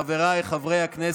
חבריי חברי הכנסת מהאופוזיציה,